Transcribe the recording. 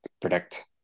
predict